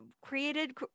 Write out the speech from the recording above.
created